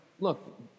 look